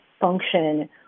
function